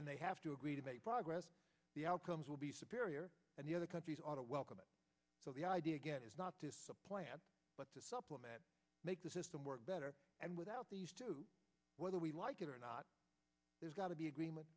and they have to agree to make progress the outcomes will be superior and the other countries ought to welcome it so the idea is not to supplant but to supplement make the system work better and without these two whether we like it or not there's got to be agreement